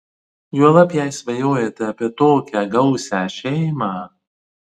juolab jei svajojate apie tokią gausią šeimą